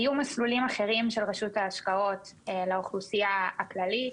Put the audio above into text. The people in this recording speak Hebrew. היו מסלולים אחרים של רשות ההשקעות לאוכלוסייה הכללית.